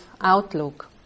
outlook